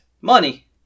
money